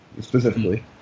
specifically